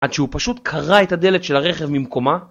עד שהוא פשוט קרע את הדלת של הרכב ממקומה